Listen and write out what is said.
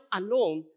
alone